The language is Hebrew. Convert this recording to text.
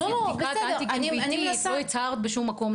אם עשית בדיקת אנטיגן ביתית ולא הצהרת בשום מקום.